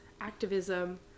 activism